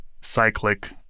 cyclic